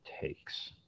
takes